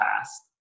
past